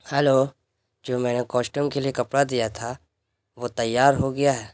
hello جو میں نے کوشٹیوم کے لیے کپڑا دیا تھا وہ تیار ہو گیا ہے